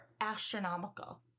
astronomical